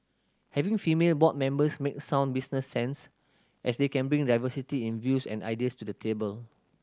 having female board members make sound business sense as they can bring diversity in views and ideas to the table